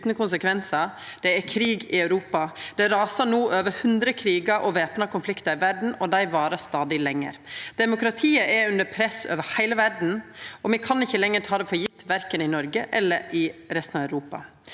Det er krig i Europa. Det rasar no over 100 krigar og væpna konfliktar i verda, og dei varer stadig lenger. Demokratiet er under press over heile verda, og me kan ikkje lenger ta det for gjeve korkje i Noreg eller i resten av Europa.